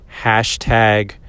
hashtag